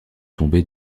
tomber